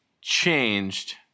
changed